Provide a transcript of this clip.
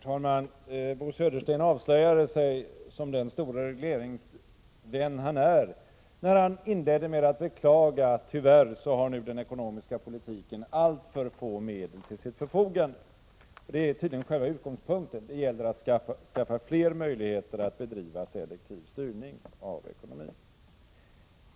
Herr talman! Bo Södersten avslöjade sig som den store regleringsvän han är, när han inleder med att beklaga att den ekonomiska politiken nu har alltför få medel till sitt förfogande. Det är tydligen själva utgångspunkten: det gäller att skaffa fler möjligheter att driva selektiv styrning av ekonomin.